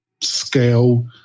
scale